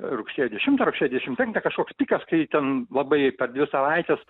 rugsėjo dešimtą rugsėjo dvidešim penktą kažkoks pikas kai ten labai per dvi savaites